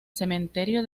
cementerio